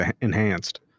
enhanced